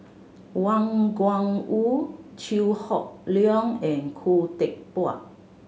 Wang Gungwu Chew Hock Leong and Khoo Teck Puat